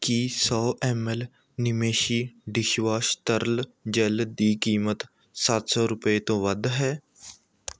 ਕੀ ਸੌ M L ਨਿਮੇਸ਼ੀ dishwash ਤਰਲ ਜੈੱਲ ਦੀ ਕੀਮਤ ਸੱਤ ਸੌ ਰੁਪਏ ਤੋਂ ਵੱਧ ਹੈ